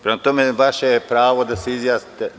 Prema tome, vaše je pravo da se izjasnite…